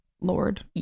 Lord